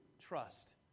trust